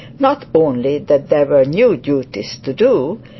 not only that there were new duties to do,